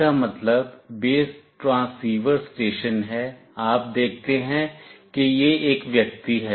BTS का मतलब base transceiver station है आप देखते हैं कि यह एक व्यक्ति है